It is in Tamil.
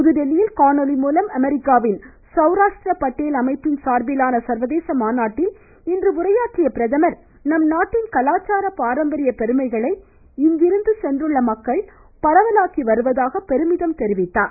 புதுதில்லியில் காணொலிமூலம் அமெரிக்காவின் சௌராஷ்ட்ர படேல் அமைப்பின் சார்பிலான சர்வதேச மாநாட்டில் இன்று உரையாற்றியஅவர் நம் நாட்டின் கலாச்சார பாரம்பரிய பெருமைகளை இங்கிருந்து சென்றுள்ள மக்கள் பரவலாக்கி வருவதாக பெருமிதம் தெரிவித்தார்